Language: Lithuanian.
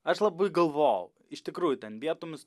aš labai galvojau iš tikrųjų ten vietomis tik